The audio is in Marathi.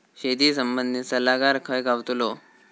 शेती संबंधित सल्लागार खय गावतलो?